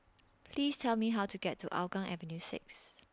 Please Tell Me How to get to Hougang Avenue six